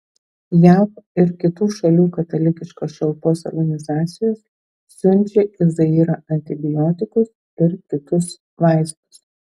jav ir kitų šalių katalikiškos šalpos organizacijos siunčia į zairą antibiotikus ir kitus vaistus